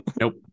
Nope